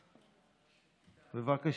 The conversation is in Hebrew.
בבקשה.